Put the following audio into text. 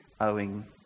owing